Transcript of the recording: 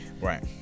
Right